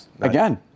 Again